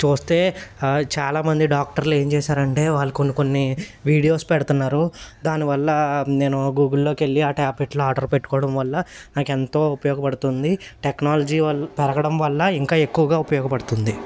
చూస్తే చాలామంది డాక్టర్లు ఏం చేశారంటే వాళ్ళు కొన్ని కొన్ని వీడియోస్ పెడుతున్నారు దానివల్ల నేను గూగుల్లోకి వెళ్ళి ఆ ట్యాబ్లెట్లు ఆర్డర్ పెట్టుకోవడం వల్ల నాకు ఎంతో ఉపయోగపడుతుంది టెక్నాలజీ వల్ పెరగడం వల్ల ఇంకా ఎక్కువగా ఉపయోగపడుతుంది